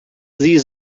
sie